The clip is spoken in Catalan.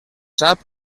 sap